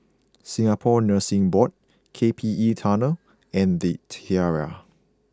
Singapore Nursing Board K P E Tunnel and The Tiara